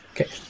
Okay